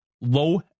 low